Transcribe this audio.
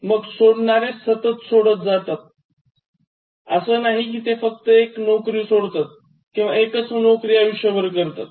मग सोडणारे सतत सोडत जातात असं नाही कि ते फक्त एक नोकरी सोडतात किंवा एकच नोकरी आयुष्यभर करतात